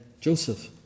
Joseph